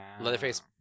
leatherface